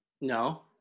No